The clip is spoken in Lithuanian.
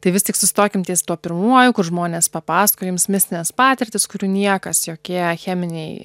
tai vis tik sustokim ties tuo pirmuoju kur žmonės papasakojo jums mistines patirtis kurių niekas jokie cheminiai